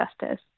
justice